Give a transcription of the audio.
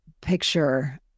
picture